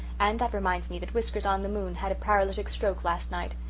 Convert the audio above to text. and that reminds me that whiskers-on-the-moon had a paralytic stroke last night.